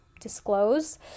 disclose